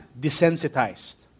desensitized